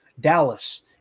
Dallas